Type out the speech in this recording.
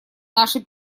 наши